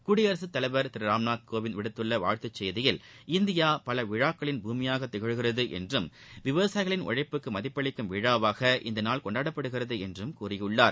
குடியரசுத் தலைவர் திரு ராம்நாத் கோவிந்த் விடுத்துள்ள வாழ்த்துச் செய்தியில் இந்தியா பல விழாக்களின் பூமியாக திகழ்கிறது என்றும் விவசாயிகளின் உழழப்புக்கு மதிப்பளிக்கும் விழாவாக இந்த நாள் கொண்டாடப்படுகிறது என்றும் கூறியிருக்கிறார்